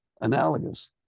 analogous